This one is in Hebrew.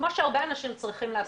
כמו שהרבה אנשים צריכים לעשות.